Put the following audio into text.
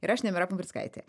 ir aš nemira pumprickaitė